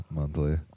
monthly